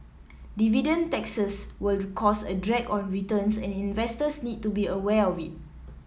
dividend taxes will cause a drag on returns and investors need to be aware of it